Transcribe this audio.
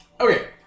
Okay